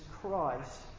Christ